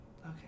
Okay